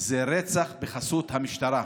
זה רצח בחסות המשטרה.